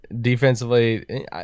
defensively